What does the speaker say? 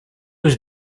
was